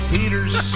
Peters